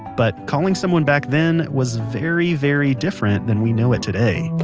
but, calling someone back then was very very different than we know it today